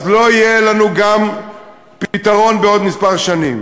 לא יהיה לנו גם פתרון בעוד כמה שנים.